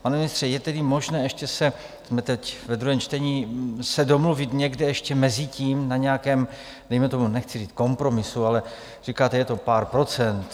Pane ministře, je tedy možné ještě se teď ve druhém čtení domluvit někde ještě mezitím na nějakém, dejme tomu nechci říct kompromisu, ale říkáte, je to pár procent.